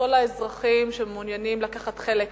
וכל האזרחים שמעוניינים לקחת חלק